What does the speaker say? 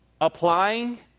applying